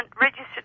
registered